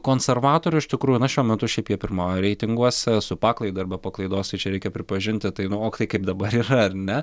konservatorių iš tikrųjų na šiuo metu šiaip jie pirmauja reitinguose su paklaida ar be paklaidos tai čia reikia pripažint tai nu ok tai kaip dabar yra ar ne